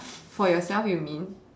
for yourself you mean